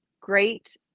great